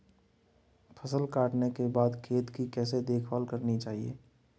फसल काटने के बाद खेत की कैसे देखभाल करनी चाहिए?